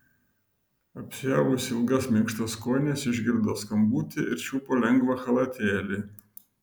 apsiavusi ilgas minkštas kojines išgirdo skambutį ir čiupo lengvą chalatėlį